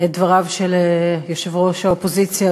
את דבריו של יושב-ראש האופוזיציה,